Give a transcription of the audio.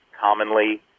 commonly